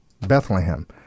Bethlehem